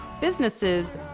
businesses